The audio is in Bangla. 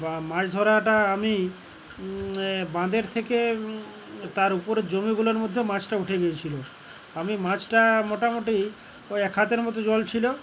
বা মাছ ধরাটা আমি বাঁদের থেকে তার উপরের জমিগুলোর মধ্যেও মাছটা উঠে গিয়েছিল আমি মাছটা মোটামুটি ওই এক হাতের মতো জল ছিল